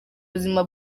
buzima